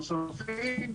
נוספים,